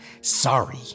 Sorry